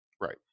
Right